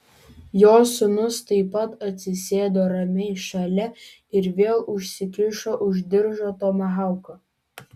jo sūnus taip pat atsisėdo ramiai šalia ir vėl užsikišo už diržo tomahauką